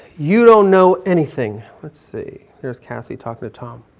you don't know anything. let's see, here's cassie talking to tom.